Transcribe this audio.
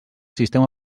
sistema